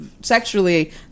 sexually